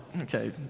Okay